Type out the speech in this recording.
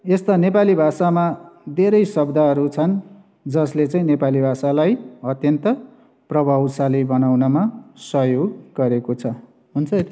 यस्ता नेपाली भाषामा धेरै शब्दहरू छन् जसले चाहिँ नेपाली भाषालाई अत्यन्त प्रभावशाली बनाउनमा सहयोग गरेको छ हुन्छ यति